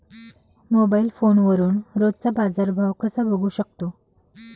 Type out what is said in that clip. Mobile फोनवरून रोजचा बाजारभाव कसा बघू शकतो?